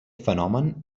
fenomen